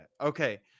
Okay